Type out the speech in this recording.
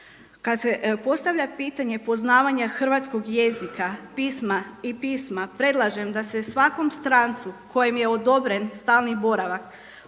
Kad se postavlja pitanje poznavanja hrvatskog jezika, pisma i pisma predlažem da se svakom strancu kojem je odobren stalni boravak